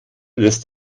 lässt